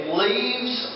leaves